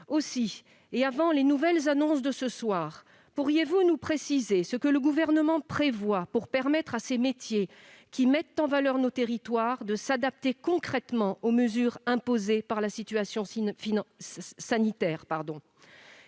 Aussi, et avant les nouvelles annonces de ce soir, pourriez-vous nous préciser ce que le Gouvernement prévoit pour permettre à ces métiers, qui mettent en valeur nos territoires, de s'adapter concrètement aux mesures imposées par la situation sanitaire ?